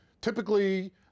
Typically